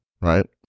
right